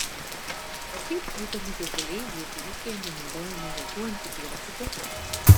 o kaip gydomi gyvuliai jeigu ūkyje nenaudojama jokių antibiotikų